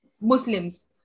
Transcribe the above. Muslims